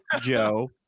joe